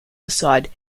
beside